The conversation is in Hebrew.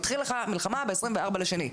התחילה לך מלחמה ב-24 בפברואר,